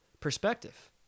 perspective